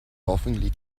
laughingly